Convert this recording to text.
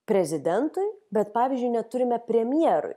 prezidentui bet pavyzdžiui neturime premjerui